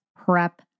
prep